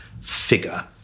figure